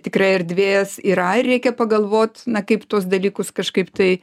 tikrai erdvės yra ir reikia pagalvot na kaip tuos dalykus kažkaip tai